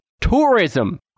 Tourism